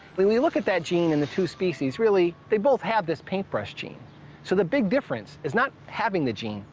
we we look at that gene in the two species, really, they both have this paintbrush gene. so the big difference is not having the gene,